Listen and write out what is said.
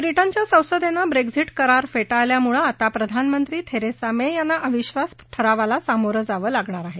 ब्रिटनच्या संसदेनं ब्रेक्झिट करार फेटाळल्यामुळे आता प्रधानमंत्री थेरेसा मे यांना अविश्वास ठरावाला सामोरं जावं लागणार आहे